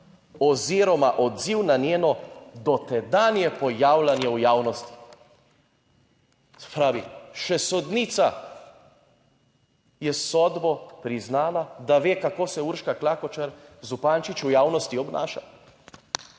oziroma odziv na njeno dotedanje pojavljanje v javnosti." Se pravi, še sodnica je s sodbo priznala, da ve, kako se Urška Klakočar Zupančič v javnosti obnaša.